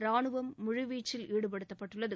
ராணுவம் முழுவீச்சில் ஈடுபடுத்தப்பட்டுள்ளது